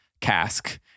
cask